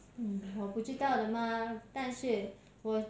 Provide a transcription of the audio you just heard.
我不知道的嘛但是我